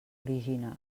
origine